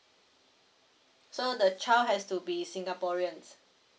so the child has to be singaporeans